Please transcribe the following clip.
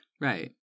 right